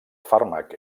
fàrmac